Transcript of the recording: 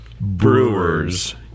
brewers